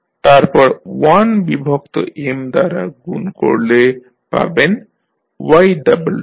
তারপর 1 বিভক্ত M দ্বারা গুণ করলে পাবেন y ডাবল ডট